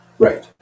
Right